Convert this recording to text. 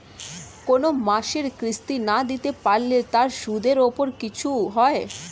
কোন মাসের কিস্তি না দিতে পারলে তার সুদের উপর কিছু হয়?